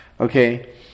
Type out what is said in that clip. Okay